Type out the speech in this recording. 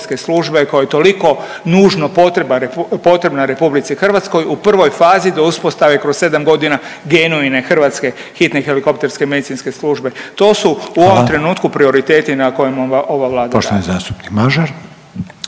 helikopterske službe koju je toliko nužno potrebna RH u prvoj fazi do uspostave kroz sedam dogina genoine hrvatske hitne helikopterske medicinske službe. To su u ovom …/Upadica Reiner: Hvala./… prioriteti na kojima ova Vlada radi.